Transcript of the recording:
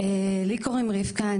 לי קוראים רבקה,